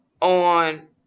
on